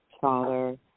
father